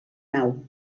nau